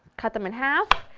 cut them in half,